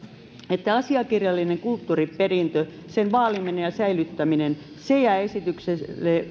että asiakirjallinen kulttuuriperintö sen vaaliminen ja säilyttäminen jää esityksessä